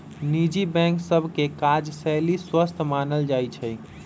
निजी बैंक सभ के काजशैली स्वस्थ मानल जाइ छइ